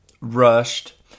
rushed